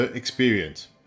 experience